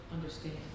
understand